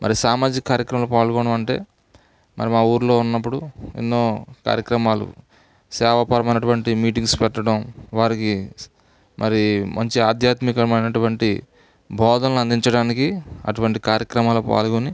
మరి సామాజిక కార్యక్రమాల్లో పాల్గొనడమంటే మరి మా ఊర్లో ఉన్నప్పుడు ఎన్నో కార్యక్రమాలు సేవాపరమైనటువంటి మీటింగ్స్ పెట్టడం వారికి మరి మంచి ఆధ్యాత్మికమైనటువంటి బోధనలు అందించడానికి అటువంటి కార్యక్రమాల్లో పాల్గొని